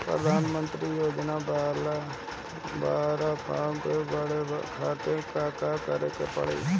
प्रधानमंत्री योजना बाला फर्म बड़े खाति का का करे के पड़ी?